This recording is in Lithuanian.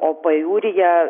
o pajūryje